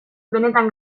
benetan